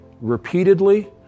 repeatedly